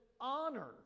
honor